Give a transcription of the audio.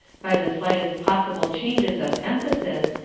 by the slightest possible changes of emphasis,